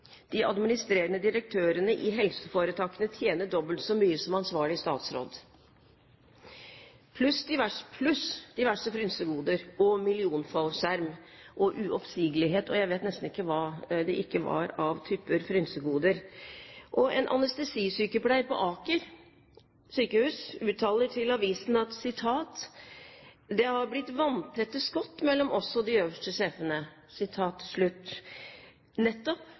de administrerende direktørene i helseforetakene tjene dobbelt så mye som ansvarlig statsråd, pluss diverse frynsegoder og millionfallskjerm, uoppsigelighet og jeg vet ikke hva? En anestesisykepleier på Aker Universitetssykehus uttaler til avisen: «Det har blitt vanntette skott mellom oss og de øverste sjefene».